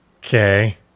Okay